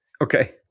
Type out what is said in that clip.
Okay